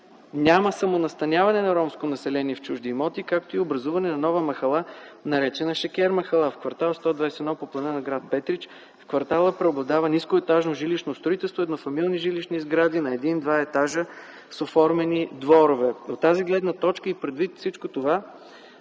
няма самонастаняване на ромско население в чужди имоти, както и образуване на нова махала, наречена „Шекер махала” в кв. 121. По плана на град Петрич в квартала преобладава нискоетажно жилищно строителство, еднофамилни жилищни сгради на един-два етажа, с оформени дворове. От тази гледна точка и предвид всичко това